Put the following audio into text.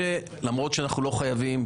למרות שאנחנו לא חייבים,